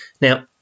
Now